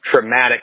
traumatic